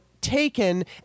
taken